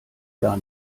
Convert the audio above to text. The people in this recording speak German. gar